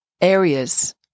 areas